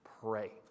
Pray